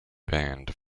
band